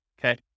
okay